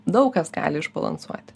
daug kas gali išbalansuoti